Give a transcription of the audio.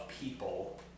people